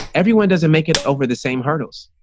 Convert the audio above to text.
everyone doesn't make it over the same hurdles.